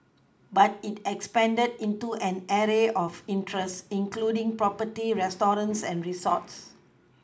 but it expanded into an array of interests including property restaurants and resorts